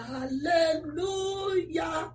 Hallelujah